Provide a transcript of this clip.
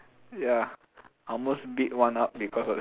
ya I almost beat one up because of that